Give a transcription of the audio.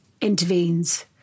intervenes